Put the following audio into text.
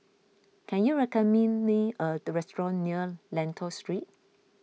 can you recommend me a restaurant near Lentor Street